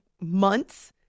months